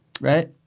right